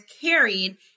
carried